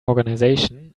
organization